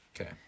Okay